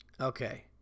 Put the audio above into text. Okay